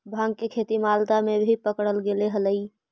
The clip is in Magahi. भाँग के खेती मालदा में भी पकडल गेले हलई